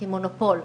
כמונופול.